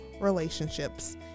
relationships